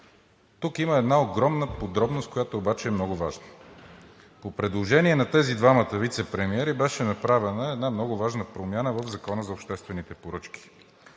Тук има една огромна подробност, която обаче е много важна – по предложение на тези двама вицепремиери, беше направена една много важна промяна в Закона за обществените поръчки,